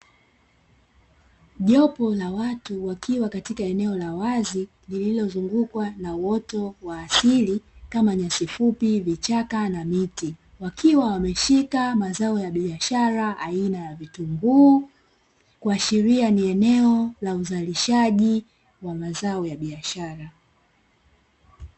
Jopo la watu wakiwa katika eneo la wazi lililozungukwa na uoto wa asili kama: nyasi fupi, vichaka na miti; wakiwa wameshika mazao ya biashara aina ya vitunguu, kuashiria ni eneo la uzalishaji wa mazao ya biashara.